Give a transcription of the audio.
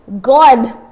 God